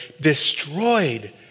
destroyed